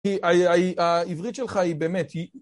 העברית שלך היא באמת, היא...